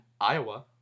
Iowa